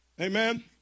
Amen